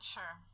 Sure